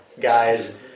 guys